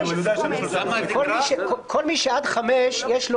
כל מי שעד חמישה, יש לו